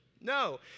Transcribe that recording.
No